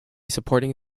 supporting